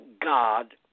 God